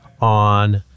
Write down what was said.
on